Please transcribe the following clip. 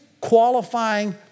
qualifying